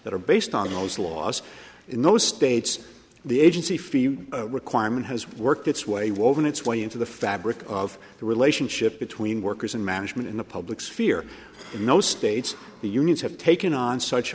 that are based on those laws in those states the agency for you requirement has worked its way woven its way into the fabric of the relationship between workers and management in the public sphere in most states the unions have taken on such